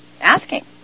asking